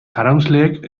jaraunsleek